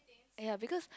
ya because